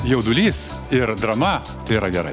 jaudulys ir drama tai yra gerai